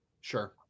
Sure